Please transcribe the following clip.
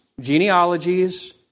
genealogies